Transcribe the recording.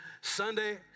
Sunday